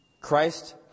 Christ